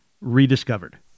rediscovered